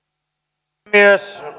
puhemies